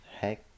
Heck